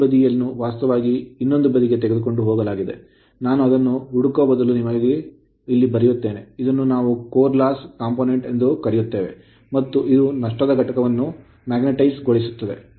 ಈ ಬದಿಯನ್ನು ವಾಸ್ತವವಾಗಿ ಇನ್ನೊಂದು ಬದಿಗೆ ತೆಗೆದುಕೊಂಡು ಹೋಗಲಾಗಿದೆ ನಾನು ಅದನ್ನು ಹುಡುಕುವ ಬದಲು ನಿಮಗಾಗಿ ಸೆಳೆಯುತ್ತೇನೆ ಇದನ್ನು ನಾವು ಕೋರ್ ಲಾಸ್ ಕಾಂಪೊನೆಂಟ್ ಎಂದು ಕರೆಯುತ್ತೇವೆ ಮತ್ತು ಇದು ನಷ್ಟದ ಘಟಕವನ್ನು magnetizeಕಾಂತೀಯ ಗೊಳಿಸುತ್ತದೆ